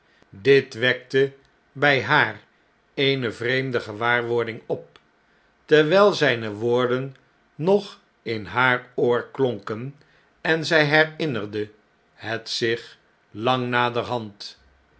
dit wekte by haar eene vreemde gewaarwording op terwijl zpe woorden nog in haar oor klonken en zij herinnerde het zich lang naderhand